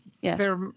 yes